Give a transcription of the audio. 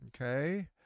Okay